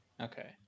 Okay